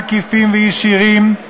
עקיפים וישירים,